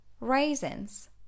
Raisins